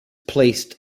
placed